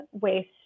waste